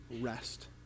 rest